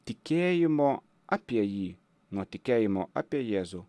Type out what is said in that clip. tikėjimo apie jį nuo tikėjimo apie jėzų